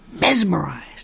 mesmerized